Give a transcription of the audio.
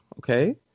okay